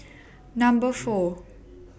Number four